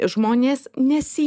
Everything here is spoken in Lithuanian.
žmonės nesi